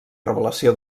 revelació